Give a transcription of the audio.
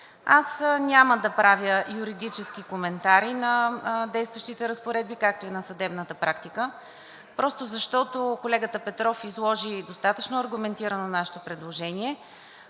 Аз няма да правя юридически коментари на действащите разпоредби, както и на съдебната практика, защото колегата Петров изложи достатъчно аргументирано нашето предложение.